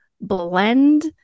blend